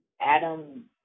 Adam